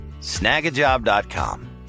Snagajob.com